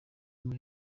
ngo